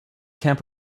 camp